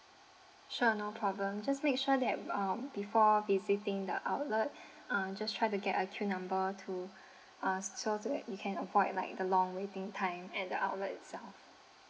sure no problem just make sure that uh before visiting the outlet um just try to get a queue number to uh so that you can avoid like the long waiting time at the outlet itself